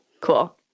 cool